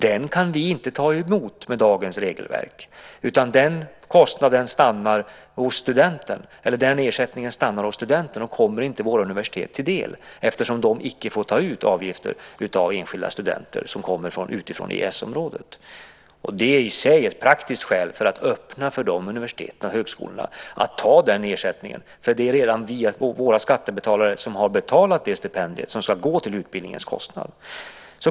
Den kan vi med dagens regelverk inte ta emot, utan den ersättningen stannar hos studenten och kommer inte våra universitet till del eftersom de inte får ta ut avgifter av enskilda studenter som kommer från länder utanför EES-området. Det är i sig ett praktiskt skäl för att öppna för dessa universitet och högskolor att ta den ersättningen. Det är nämligen redan våra skattebetalare som har betalat det stipendium som ska gå till utbildningens kostnad.